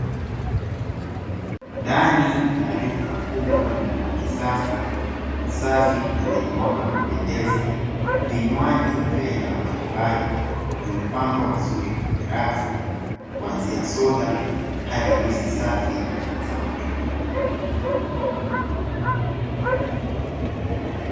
Ndani ya duka kubwa na la kisasa safi na lenye mwanga wa kupendeza, vinywaji vya aina mbalimbali vimepangwa vizuri kwenye rafu kuanzia soda hadi juisi safi za matunda.